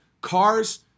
cars